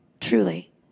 Truly